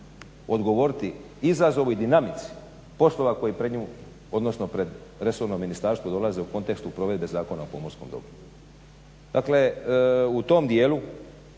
odgovoriti izazovu i dinamici poslova koji pred resorno Ministarstvo dolaze u kontekstu provedbe Zakona o pomorskom dobru. Dakle u tom dijelu